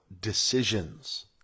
decisions